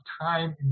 time